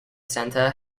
centre